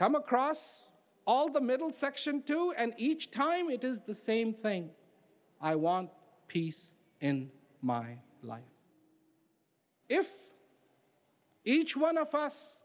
come across all the middle section too and each time he does the same thing i want peace in my life if each one of us